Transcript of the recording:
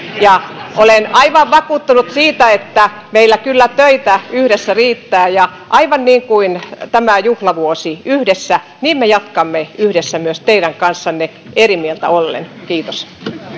ja olen aivan vakuuttunut siitä että meillä kyllä töitä yhdessä riittää ja aivan niin kuin tämä juhlavuosi yhdessä me jatkamme yhdessä myös teidän kanssanne eri mieltä ollen kiitos